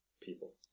people